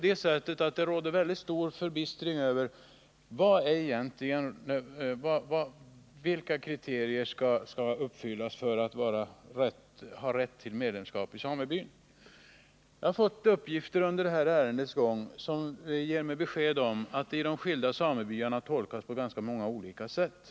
Det råder emellertid stor förbistring i fråga om vilka kriterier som skall vara uppfyllda för rätt till medlemskap i sameby. Jag har under det här ärendets gång fått uppgifter som gett mig besked om att kriterierna tolkas på olika sätt i de skilda samebyarna.